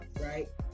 right